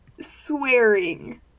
swearing